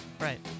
Right